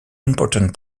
important